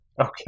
Okay